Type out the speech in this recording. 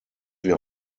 wir